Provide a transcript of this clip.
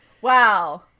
Wow